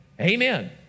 Amen